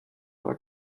war